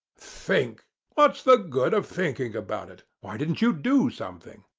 think! what's the good of thinking about it? why didn't you do something?